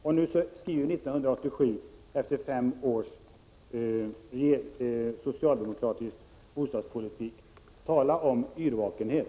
Nu skriver vi 1987 efter fem år av socialdemokratisk bostadspolitik. Tala om yrvakenhet.